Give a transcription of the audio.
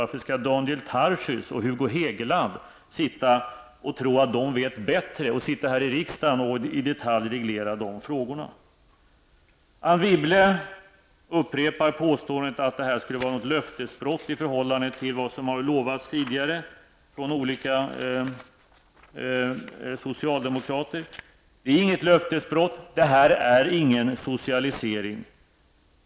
Varför skall Daniel Tarschys och Hugo Hegeland sitta och tro att de vet bättre och sitta här i riksdagen och i detalj reglera de frågorna? Anne Wibble upprepar påståendet att detta skulle vara ett löftesbrott i förhållande till vad som har lovats tidigare från olika socialdemokrater. Det är inget löftesbrott. Detta är inte någon socialisering.